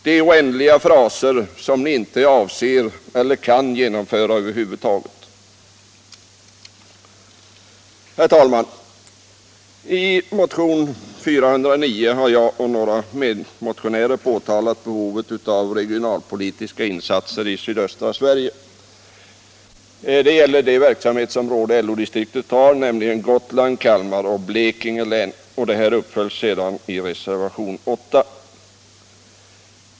Det är oändliga fraser och ni avser inte att genomföra det ni talar om — och kan över huvud taget inte göra det. Herr talman! I motionen 409 har jag och några medmotionärer påtalat behovet av regionalpolitiska insatser i sydöstra Sverige. Den gäller det verksamhetsområde LO-distriktet har, nämligen Gotland, Kalmar län och Blekinge län. Motionskraven följs upp i reservationen 8.